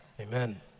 Amen